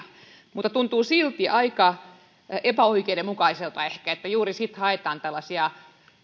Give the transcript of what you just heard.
mutta tuntuu silti aika epäoikeudenmukaiselta että juuri silloin haetaan tällaisia